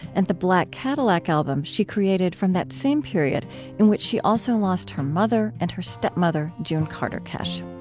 and the black cadillac album she created from that same period in which she also lost her mother and her stepmother june carter cash.